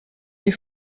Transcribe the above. est